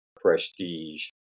prestige